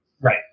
Right